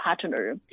partner